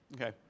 Okay